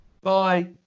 Bye